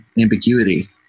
ambiguity